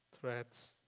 threats